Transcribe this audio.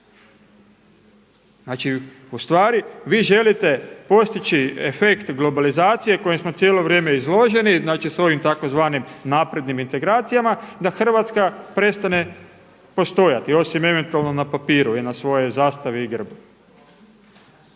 radite? Znači vi želite postići efekt globalizacije kojem smo cijelo vrijeme izloženi, znači sa ovim tzv. naprednim integracijama da Hrvatska prestane postojati osim eventualno na papiru i na svojoj zastavi i na grbu.